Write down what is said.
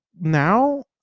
Now